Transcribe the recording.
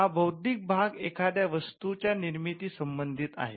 हा बौद्धिक भाग एखाद्या वस्तूच्या निर्मिती संबंधित आहे